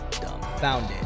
dumbfounded